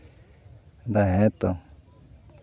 ᱦᱮᱸᱛᱚ